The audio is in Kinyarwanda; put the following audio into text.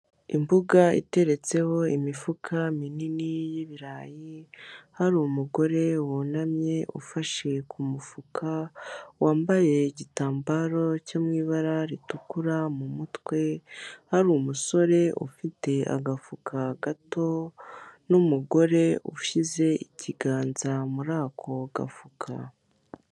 Imbuga iteretseho imifuka minini y'ibirayi hari umugore wunamye ufashe ku mufuka wambaye igitambaro cyo mu ibara ritukura mu mutwe, hari umusore ufite agafuka gato n'umugore ushyize ikiganza muri ako gafuka.